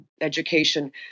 education